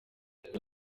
uyu